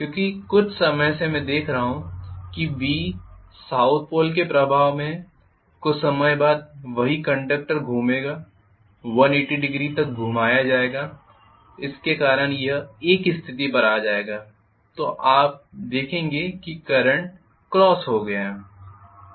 क्योंकि कुछ समय से मैं देख रहा हूं कि B साउथ पोल के प्रभाव में है कुछ समय बाद वही कंडक्टर घूमेगा 1800 तक घुमाया जाएगा जिसके कारण यह A की स्थिति पर आ जाएगा तो आप देखेंगे कि करंट क्रॉस हो गया है